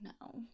no